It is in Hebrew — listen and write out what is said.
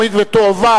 נתקבלה.